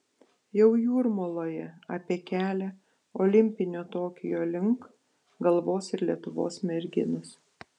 jau jūrmaloje apie kelią olimpinio tokijo link galvos ir lietuvos merginos